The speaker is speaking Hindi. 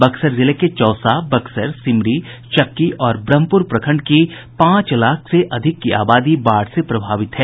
बक्सर जिले के चौसा बक्सर सिमरी चक्की और ब्रह्मपुर प्रखंड की पांच लाख से अधिक की आबादी बाढ़ से प्रभावित है